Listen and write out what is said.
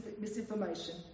misinformation